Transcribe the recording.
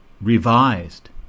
Revised